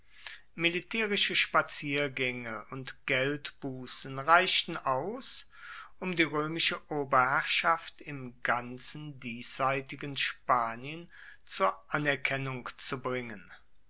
militärische spaziergänge und geldbußen reichten aus um die römische oberherrschaft im ganzen diesseitigen spanien zur anerkennung zu bringen